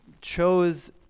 chose